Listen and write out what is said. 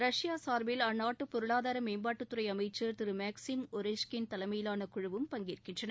Russia சார்பில் அந்நாட்டு பொருளாதார மேம்பாட்டுத்துறை அமச்சர் திரு மேக்ஸிம் ஒரேஷ்கின் தலைமையிலான குழுவும் பங்கேற்கின்றன